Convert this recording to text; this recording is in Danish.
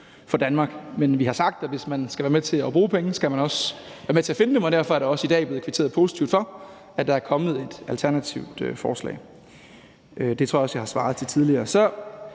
for Danmark. Men vi har sagt, at hvis man skal være med til at bruge penge, skal man også være med til at finde dem, og derfor er der også i dag blevet kvitteret positivt for, at der er kommet et alternativt forslag. Det tror jeg også jeg har svaret til tidligere